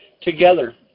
together